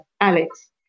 Alex